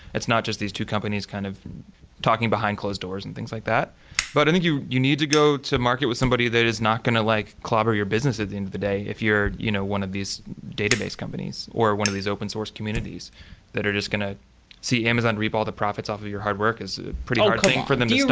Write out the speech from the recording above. it's not just these two companies kind of talking behind closed doors and things like that but i think you you need to go to market with somebody that is not going to like clobber your business at the end of the day, if you're you know one of these database companies, or one of these open source communities that are just going to see amazon reap all the profits off of your hard work is a pretty hard thing for them to